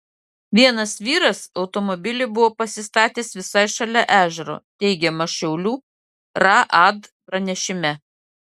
vienas vyras automobilį buvo pasistatęs visai šalia ežero teigiama šiaulių raad pranešime